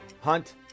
Hunt